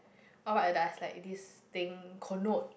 oh what does like this thing connote